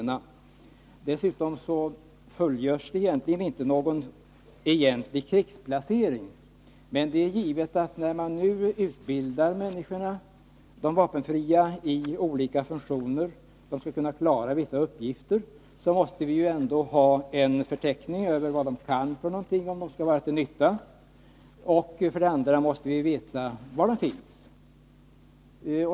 Någon egentlig krigsplacering sker inte, men det är givet att när man nu utbildar människor — de vapenfria — i olika funktioner för att de skall kunna klara vissa uppgifter, så måste vi ändå ha en förteckning över vad de kan, om de skall vara till nytta. Vidare måste vi veta var de finns.